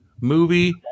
movie